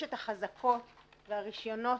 יש את החזקות והרישיונות,